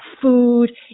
food